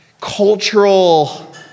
cultural